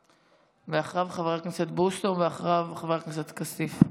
אחריה, חבר הכנסת בוסו, ואחריו, חבר הכנסת כסיף.